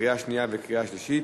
לקריאה שנייה וקריאה שלישית.